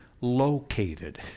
located